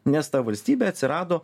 nes ta valstybė atsirado